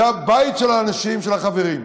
זה הבית של האנשים, של החברים.